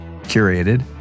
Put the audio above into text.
curated